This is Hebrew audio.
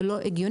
זה לא הגיוני.